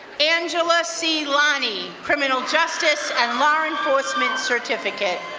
angela selani, criminal justice and law enforcement certificate.